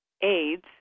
AIDS